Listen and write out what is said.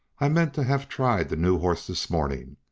i meant to have tried the new horse this morning,